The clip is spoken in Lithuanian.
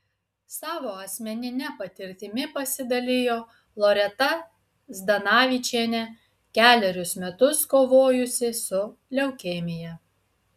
savo asmenine patirtimi pasidalijo loreta zdanavičienė kelerius metus kovojusi su leukemija